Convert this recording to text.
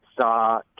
saw